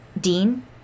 Dean